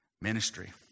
Ministry